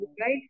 right